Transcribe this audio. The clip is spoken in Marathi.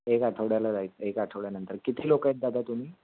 एक आठवड्याला जायचं एक आठवड्यानंतर किती लोकं आहेत दादा तुम्ही